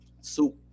Soup